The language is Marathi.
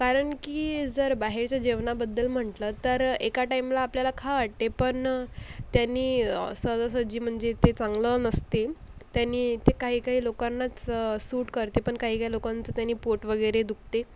कारण की जर बाहेरच्या जेवणाबद्दल म्हटलं तर एका टाईमला आपल्याला खावं वाटते पण त्यांनी सहजासहजी म्हणजे ते चांगलं नसतीन त्यांनी ते काही काही लोकांनाच सूट करते पण काही काही लोकांचं त्याने पोट वगैरे दुखते